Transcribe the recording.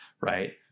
right